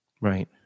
Right